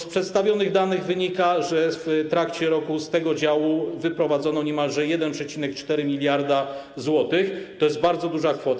Z przedstawionych danych wynika, że w trakcie roku z tego działu wyprowadzono niemalże 1,4 mld zł - to jest bardzo duża kwota.